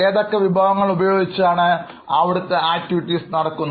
എന്തൊക്കെ വിഭവങ്ങൾ ഉപയോഗിച്ചാണ് അവിടത്തെ പ്രവർത്തനങ്ങൾ നടക്കുന്നത്